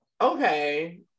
Okay